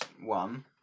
one